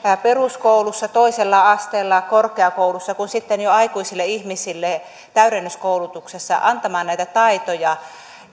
peruskoulussa toisella asteella korkeakoulussa kuin sitten jo aikuisille ihmisille täydennyskoulutuksessa antamaan näitä taitoja